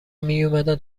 میومدن